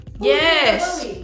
Yes